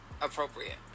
appropriate